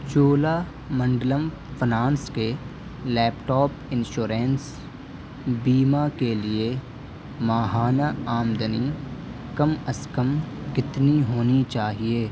چولا Mandalam finance کے laptop insurance بیمہ کے لیے ماہانہ آمدنی کم از کم کتنی ہونی چاہیے